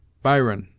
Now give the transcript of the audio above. byron,